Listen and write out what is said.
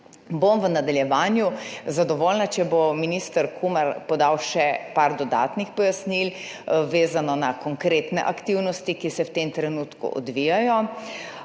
V nadaljevanju bom zadovoljna, če bo minister Kumer podal še par dodatnih pojasnil, vezanih na konkretne aktivnosti, ki se odvijajo